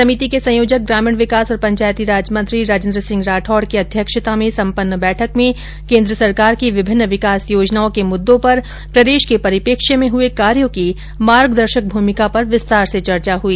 समिति के संयोजक ग्रामीण विकास और पंचायती राज मंत्री राजेन्द्र सिंह राठौड की अध्यक्षता में संपन्न बैठक में केन्द्र सरकार की विभिन्न विकास योजनाओं के मुददों पर प्रदेश के परिपेक्ष्य में हुए कार्यो की मार्गदर्शक भूमिका पर विस्तार से चर्चा की गई